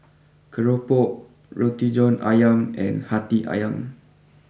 Keropok Roti John Ayam and Hati Ayam